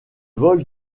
vole